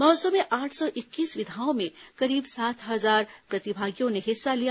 महोत्सव में आठ सौ इक्कीस विधाओं में करीब सात हजार प्रतिभागियों ने हिस्सा लिया